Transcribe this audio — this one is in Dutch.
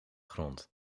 grond